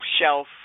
shelf